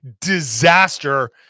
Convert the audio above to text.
disaster